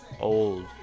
Old